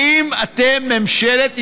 האם אתם, ממשלת ישראל,